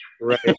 Right